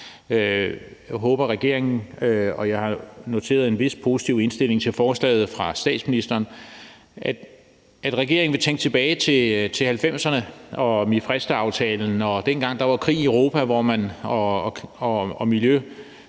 Jeg håber, at regeringen – og jeg noterede en vis positiv indstilling til forslaget fra statsministeren – vil tænke tilbage til 1990'erne og Mifresta-aftalen, og dengang der var krig i Europa og